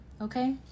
Okay